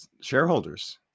shareholders